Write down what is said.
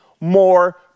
more